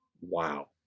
wow